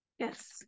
Yes